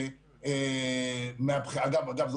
אני כן